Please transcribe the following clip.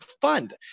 Fund